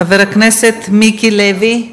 חבר הכנסת מיקי לוי.